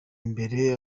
imbere